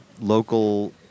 local